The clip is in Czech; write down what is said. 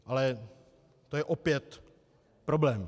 Ale to je opět problém.